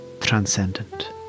transcendent